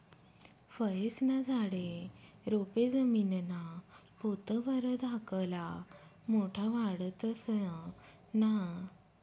फयेस्ना झाडे, रोपे जमीनना पोत वर धाकला मोठा वाढतंस ना?